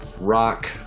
Rock